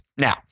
Now